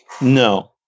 No